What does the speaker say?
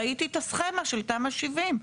ראיתי את הסכמה של תמ"א 70,